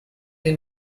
they